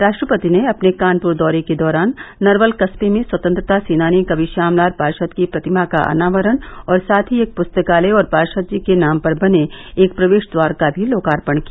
रा ट्रपति ने अपने कानपूर दौरे के दौरान नर्वल कस्बे में स्वतंत्रता सेनानी कवि यामलाल पा द की प्रतिमा का अनावरण और साथ ही एक पुस्तकालय और पा र्द जी के नाम पर बने एक प्रवेश द्वार का भी लोकार्पण किया